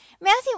Matthew